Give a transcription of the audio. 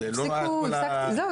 את לא רואה את כל -- זהו,